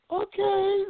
okay